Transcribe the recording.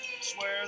Swear